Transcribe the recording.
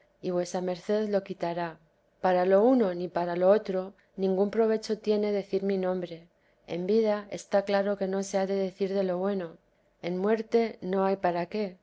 y vuesa merced lo quitará para lo uno ni para lo otro ningún provecho tiene decir mi nombre en vida está claro que no se ha de decir de lo bueno en muerte no hay para qué